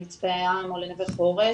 ל'מצפה ים' או ל'נווה חורש',